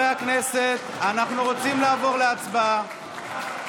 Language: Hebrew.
חברי הכנסת, אנחנו רוצים לעבור להצבעה.